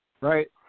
right